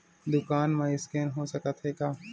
दुकान मा स्कैन हो सकत हे का?